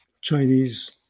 Chinese